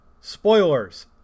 Spoilers